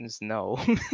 no